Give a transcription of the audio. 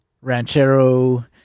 Ranchero